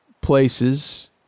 places